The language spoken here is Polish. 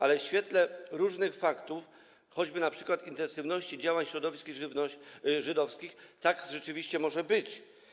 Ale w świetle różnych faktów, choćby np. intensywności działań środowisk żydowskich, tak rzeczywiście może być.